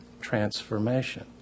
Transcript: transformation